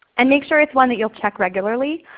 and make sure it's one that you'll check regularly.